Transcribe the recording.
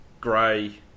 Gray